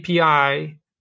API